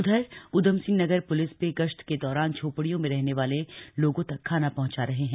उधर ऊधमसिंह नगर प्लिस भी गश्त के दौरान झोपड़ियों में रहने वाले लोगों तक खाना पहंचा रहे हैं